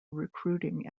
recruiting